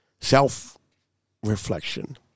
self-reflection